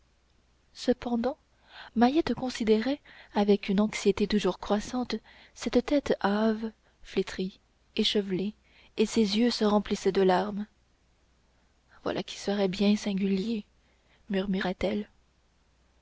cependant mahiette considérait avec une anxiété toujours croissante cette tête hâve flétrie échevelée et ses yeux se remplissaient de larmes voilà qui serait bien singulier murmurait-elle